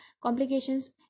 Complications